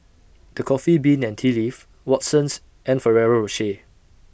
The Coffee Bean and Tea Leaf Watsons and Ferrero Rocher